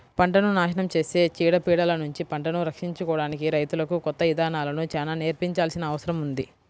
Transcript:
పంటను నాశనం చేసే చీడ పీడలనుంచి పంటను రక్షించుకోడానికి రైతులకు కొత్త ఇదానాలను చానా నేర్పించాల్సిన అవసరం ఉంది